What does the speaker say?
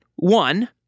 One